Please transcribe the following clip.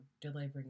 delivering